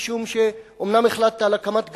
משום שאומנם החלטת על הקמת גדר,